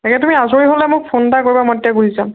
তাকে তুমি আজৰি হ'লে মোক ফোন এটা কৰিবা মই তেতিয়া ঘূৰি যাম